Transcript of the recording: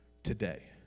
Today